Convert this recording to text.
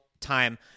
time